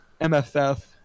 MFF